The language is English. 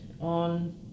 on